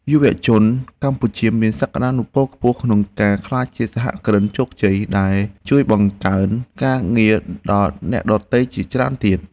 យុវជនកម្ពុជាមានសក្តានុពលខ្ពស់ក្នុងការក្លាយជាសហគ្រិនជោគជ័យដែលជួយបង្កើតការងារដល់អ្នកដទៃជាច្រើនទៀត។